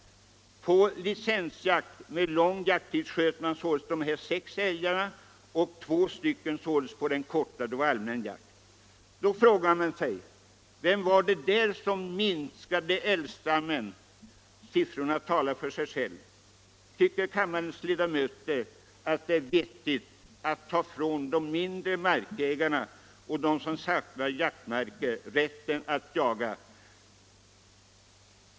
På licensjakt med lång jakttid sköt man således sex älgar och under den korta allmänna jakttiden sköt man två älgar. Vem var det där som minskade älgstammen? Siffrorna talar för sig själva. Tycker kammarens ledamöter att det är vettigt att ta ifrån de mindre markägarna och de marklösa jägarna rätten att jaga?